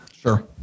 sure